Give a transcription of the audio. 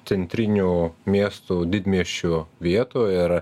centrinių miestų didmiesčių vietų ir